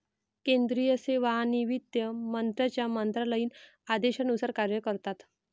केंद्रीय सेवा आणि वित्त मंत्र्यांच्या मंत्रालयीन आदेशानुसार कार्य करतात